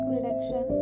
Reduction